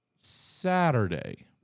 Saturday